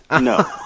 No